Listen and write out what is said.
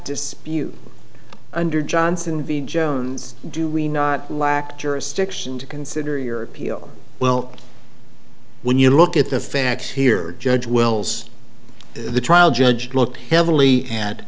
dispute under johnson v jones do we not lack jurisdiction to consider your appeal well when you look at the facts here judge wells the trial judge looked heavily a